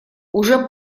уже